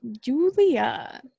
Julia